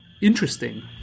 Interesting